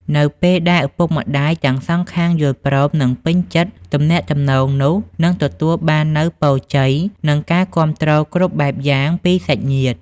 នៅពេលដែលឪពុកម្ដាយទាំងសងខាងយល់ព្រម និងពេញចិត្ត ទំនាក់ទំនងនោះនឹងទទួលបាននូវពរជ័យ និងការគាំទ្រគ្រប់បែបយ៉ាងពីសាច់ញាតិ។